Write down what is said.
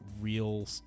real